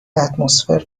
اتمسفر